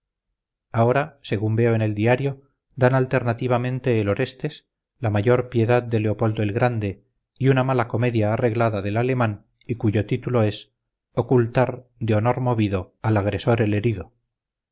ahora según veo en el diario dan alternativamente el orestes la mayor piedad de leopoldo el grande y una mala comedia arreglada del alemán y cuyo título es ocultar de honor movido al agresor el herido